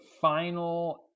final